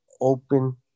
open